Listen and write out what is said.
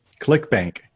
ClickBank